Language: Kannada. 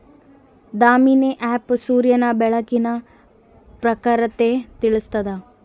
ದಾಮಿನಿ ಆ್ಯಪ್ ಸೂರ್ಯನ ಬೆಳಕಿನ ಪ್ರಖರತೆ ತಿಳಿಸ್ತಾದ